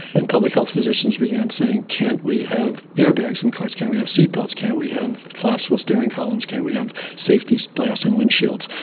and public health physicians began saying can't we have airbags in cars, can't we have seat belts, can't we have collapsible steering columns, can't we have safety so glass in windshields.